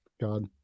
God